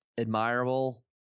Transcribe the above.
admirable